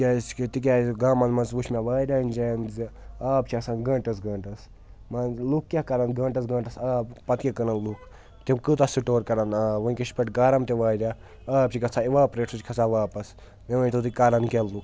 کیٛازِکہِ تِکیازِ گامَن منٛز وٕچھ مےٚ واریاہَن جایَن زِ آب چھِ آسان گٲنٛٹَس گٲنٛٹَس مان لُکھ کیٛاہ کَرَن گٲنٛٹَس گٲنٛٹَس آب پَتہٕ کیٛاہ کٕنن لُکھ تِم کوٗتاہ سِٹور کَرَن آب وٕنۍکٮ۪س چھِ پٮ۪ٹھ گَرم تہِ واریاہ آب چھِ گژھان اِواپریٹ سُہ چھُ کھسان واپَس مےٚ ؤنۍتو تُہۍ کَرَن کیٛاہ لُکھ